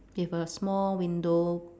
okay for the small window